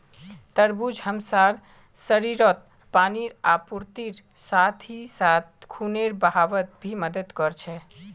तरबूज हमसार शरीरत पानीर आपूर्तिर साथ ही साथ खूनेर बहावत भी मदद कर छे